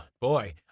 boy